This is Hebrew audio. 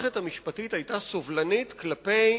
המערכת המשפטית היתה סובלנית כלפי